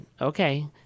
Okay